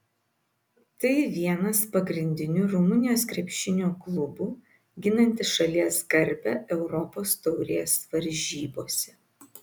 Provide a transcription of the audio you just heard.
tai vienas pagrindinių rumunijos krepšinio klubų ginantis šalies garbę europos taurės varžybose